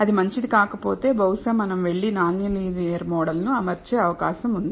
అది మంచిది కాకపోతే బహుశా మనం వెళ్లి నాన్ లీనియర్ మోడల్ ను అమర్చే అవకాశం ఉంది